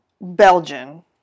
Belgian